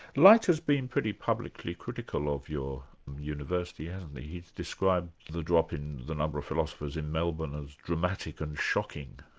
leiter's been pretty publicly critical of your university, hasn't he? he's described the drop in the number of philosophers in melbourne as dramatic and shocking.